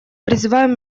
призываем